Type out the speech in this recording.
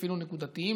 אפילו נקודתיים,